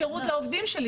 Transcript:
לתת שירות לעובדים שלי.